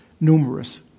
numerous